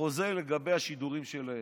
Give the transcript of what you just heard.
חוזה לגבי השידורים שלהם.